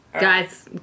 guys